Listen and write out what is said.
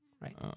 Right